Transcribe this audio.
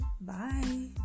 bye